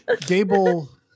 Gable